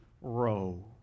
row